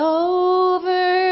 over